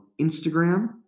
Instagram